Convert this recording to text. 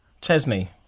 Chesney